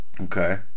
Okay